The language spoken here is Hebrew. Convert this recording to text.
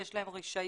יש להם רישיון,